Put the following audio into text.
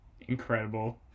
Incredible